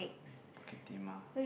Bukit-Timah